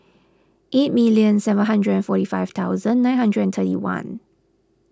eight million seven hundred and forty five thousand nine hundred and thirty one